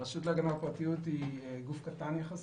הרשות להגנת הפרטיות היא גוף קטן יחסית.